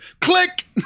Click